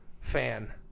fan